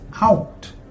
out